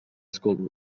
school